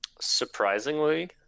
Surprisingly